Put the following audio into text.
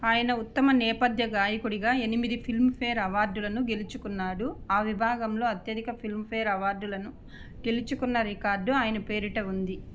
ఆయన ఉత్తమ నేపథ్య గాయకుడిగా ఎనిమిది ఫిల్మ్ఫేర్ అవార్డులను గెలుచుకున్నాడు ఆ విభాగంలో అత్యధిక ఫిల్మ్ఫేర్ అవార్డులను గెలుచుకున్న రికార్డు ఆయన పేరిట ఉంది